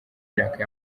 imyaka